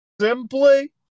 Simply